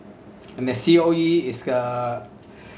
and the C_O_E is uh